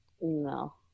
No